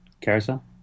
Carousel